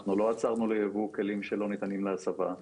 לא עצרנו ליבוא כלים שלא ניתנים להסבה.